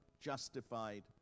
justified